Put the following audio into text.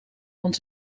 want